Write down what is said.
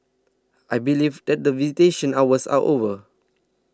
I believe that visitation hours are over